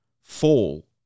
fall